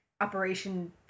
operation